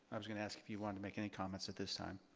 i was gonna ask if you wanted to make any comments at this time?